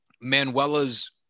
Manuela's